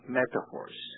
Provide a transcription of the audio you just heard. metaphors